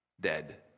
Dead